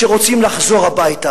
שרוצים לחזור הביתה.